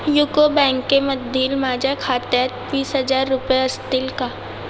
UCO बँकेमधील माझ्या खात्यात वीस हजार रुपये असतील का